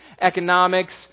economics